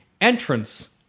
entrance